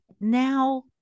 now